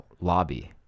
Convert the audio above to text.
lobby